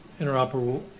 interoperable